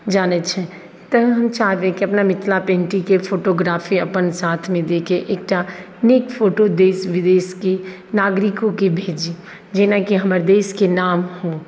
जानैत छै तऽ हम चाहबै कि अपना पैन्टिङ्गके फोटोग्राफी अपन साथमे दैके एकटा नीक फोटो देश विदेशके नागरिकोँके भेजी जेनाकि हमर देशके नाम हो